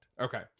okay